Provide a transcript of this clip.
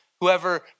Whoever